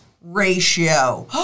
ratio